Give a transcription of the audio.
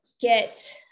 get